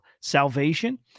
salvation